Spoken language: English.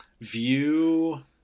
view